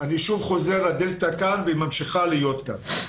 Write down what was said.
אני שוב חוזר ואומר שה-דלתא כאן והיא ממשיכה להיות כאן.